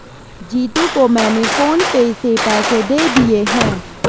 जीतू को मैंने PhonePe से पैसे दे दिए हैं